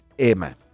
Amen